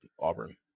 Auburn